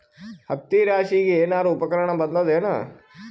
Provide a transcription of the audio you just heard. ಹತ್ತಿ ರಾಶಿಗಿ ಏನಾರು ಉಪಕರಣ ಬಂದದ ಏನು?